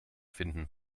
finden